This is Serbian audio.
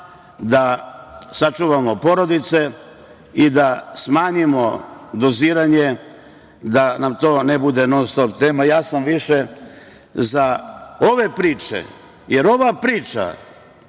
da sačuvamo porodice i da smanjimo doziranje da nam to ne bude non-stop tema. Ja sam više za ove priče, jer ova priča